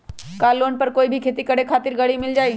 का लोन पर कोई भी खेती करें खातिर गरी मिल जाइ?